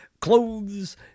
clothes